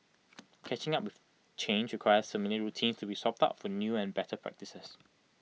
catching up change requires familiar routines to be swapped out for new and better practices